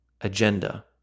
agenda